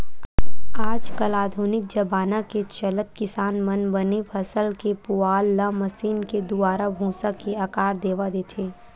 आज कल आधुनिक जबाना के चलत किसान मन बने फसल के पुवाल ल मसीन के दुवारा भूसा के आकार देवा देथे